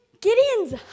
Gideon's